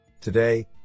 today